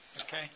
Okay